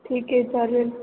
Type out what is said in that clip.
ठीक आहे चालेल